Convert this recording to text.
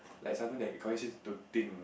like something that causes you to think